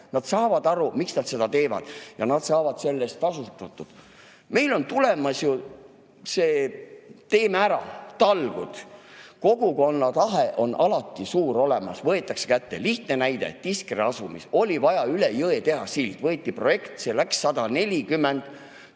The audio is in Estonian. nad saavad aru, miks nad seda teevad, ja nad saavad selle eest tasustatud. Meil on tulemas ju "Teeme ära!" talgud. Kogukonna tahe on alati suur, kui võetakse asi kätte. Lihtne näide: Tiskre asumis oli vaja üle jõe teha sild, [tehti] projekt, see läks 140